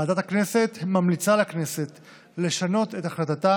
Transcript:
ועדת הכנסת ממליצה לכנסת לשנות את החלטתה